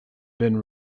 been